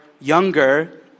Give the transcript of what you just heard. younger